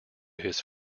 his